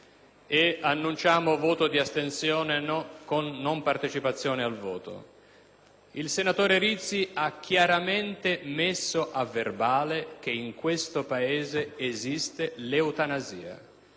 Il senatore Rizzi ha chiaramente messo a verbale che in questo Paese esiste l'eutanasia: dire no all'eutanasia non vuol dire cancellare il fenomeno.